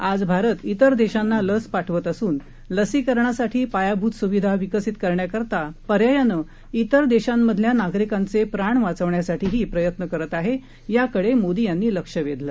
आज भारत तर देशांना लस पाठवत असून लसीकरणासाठी पायाभूत सुविधा विकसित करण्याकरता पर्यायानं तर देशांमधल्या नागरिकांचे प्राण वाचवण्यासाठी प्रयत्न करत आहे याकडे मोदी यांनी लक्ष वेधलं